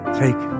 take